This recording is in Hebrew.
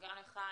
וגם לך,